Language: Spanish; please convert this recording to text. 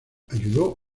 ayudó